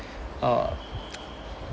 uh